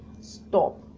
stop